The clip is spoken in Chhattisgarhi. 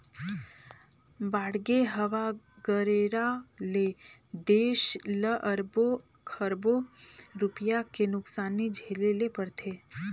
बाड़गे, हवा गरेरा ले देस ल अरबो खरबो रूपिया के नुकसानी झेले ले परथे